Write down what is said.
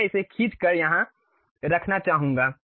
मैं इसे खींचकर यहां रखना चाहूंगा